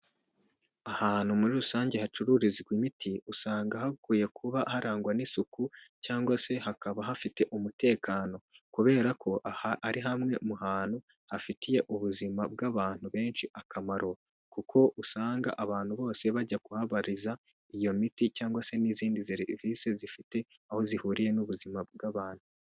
Ahantu muri rusange hacururizwa imiti usanga hakwiye kuba harangwa n'isuku cyangwa se hakaba hafite umutekano kubera ko aha ari hamwe mu hantu hafitiye ubuzima bw'abantu benshi akamaro, kuko usanga abantu bose bajya kuhabariza iyo miti cyangwa se n'izindi serivisi zifite aho zihuriye n'ubuzima bw'abantu.